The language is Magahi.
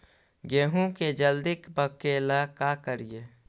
गेहूं के जल्दी पके ल का करियै?